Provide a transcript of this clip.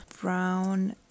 brown